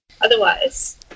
Otherwise